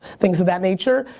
things of that nature.